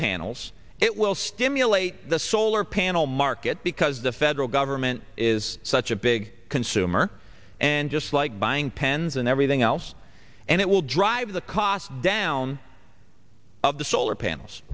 panels it will stimulate the solar panel market because the federal government is such a big consumer and just like buying pens and everything else and it will drive the cost down of the solar panels